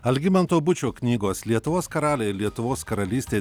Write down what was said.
algimanto bučio knygos lietuvos karaliai lietuvos karalystė